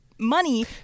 Money